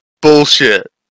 Bullshit